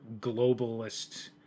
globalist